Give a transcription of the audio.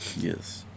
Yes